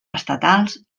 estatals